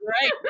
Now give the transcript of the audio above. Right